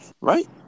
right